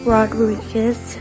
Rodriguez